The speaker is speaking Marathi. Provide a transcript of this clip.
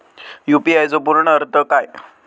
यू.पी.आय चो पूर्ण अर्थ काय?